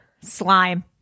Slime